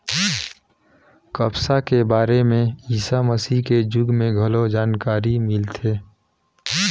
कपसा के बारे में ईसा मसीह के जुग में घलो जानकारी मिलथे